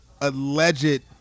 alleged